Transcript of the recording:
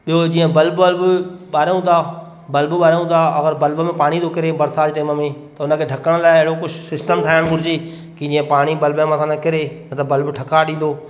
ॿियो जीअं बल्ब वल्ब ॿारऊं था बल्ब ॿारऊं था अगरि बल्ब में पाणी थो किरे बरसाति जे टाइम में त उनखे ढकण लाइ अहिड़ो कुझु सिस्टम ठाहिणु घुरिजे कि जीअं पाणी बल्ब जे मथां न किरे न त बल्ब ठका ॾींदो